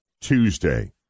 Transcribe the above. Tuesday